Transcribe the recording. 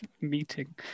meeting